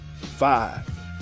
five